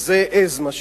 אז זה עז, מה שנקרא.